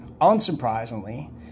Unsurprisingly